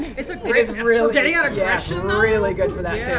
it's a great it's really yeah you know yeah like good for that too. yeah.